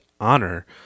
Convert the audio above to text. honor